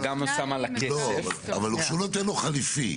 אבל כשהוא נותן לו חלופי.